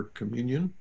communion